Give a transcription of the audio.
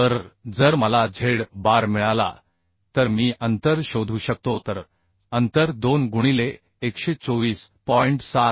तर जर मला झेड बार मिळाला तर मी अंतर शोधू शकतो तर अंतर 2 गुणिले 124